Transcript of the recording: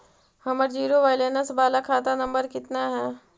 हमर zero balance बाला खाता नम्बर कितना है?